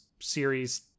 series